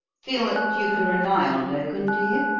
feel that you can rely on logan, do you?